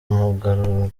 mugaragu